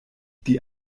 die